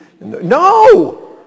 No